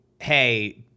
hey